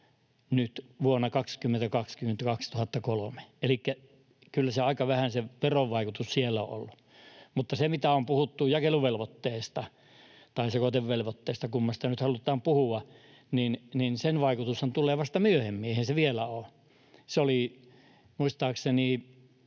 kyllä se aika vähän sen veron vaikutus siellä on ollut. Mutta se, mitä on puhuttu jakeluvelvoitteesta tai sekoitevelvoitteesta, kummasta nyt halutaankin puhua, niin sen vaikutushan tulee vasta myöhemmin. Eihän se vielä ole.